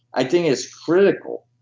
i think is critical.